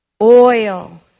Oil